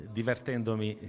divertendomi